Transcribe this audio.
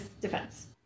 defense